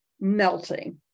melting